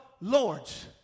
lords